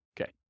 Okay